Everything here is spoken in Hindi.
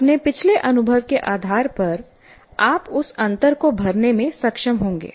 अपने पिछले अनुभव के आधार पर आप उस अंतर को भरने में सक्षम होंगे